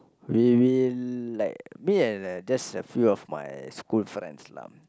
we will like me and just a few of my school friends lah